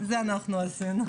אנחנו עשינו.